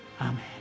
Amen